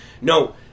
no